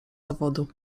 zawodu